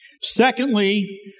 Secondly